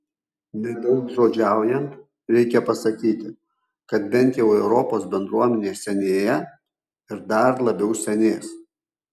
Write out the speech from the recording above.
nedaugžodžiaujant reikia pasakyti kad bent jau europos bendruomenė senėja ir dar labiau senės